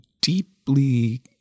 deeply